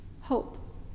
hope